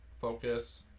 focus